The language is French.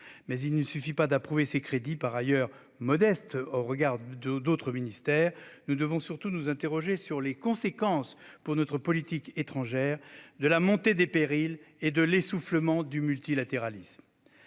il ne suffit pas d'approuver ces crédits, par ailleurs modestes au regard de ceux qui sont accordés à d'autres ministères. Nous devons surtout nous interroger sur les conséquences, pour notre politique étrangère, de la montée des périls et de l'essoufflement du multilatéralisme.